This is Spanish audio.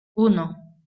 uno